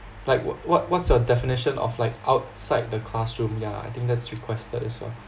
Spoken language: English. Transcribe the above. like what what what's your definition of like outside the classroom yeah I think that's requested also